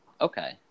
Okay